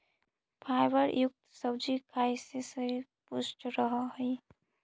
fibre युक्त सब्जी खाए से शरीर पुष्ट रहऽ हइ